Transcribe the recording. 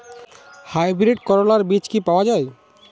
Hybrid করলার বীজ কি পাওয়া যায়?